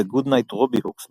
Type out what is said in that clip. וגודנייט רוביהוקס בהתאמה.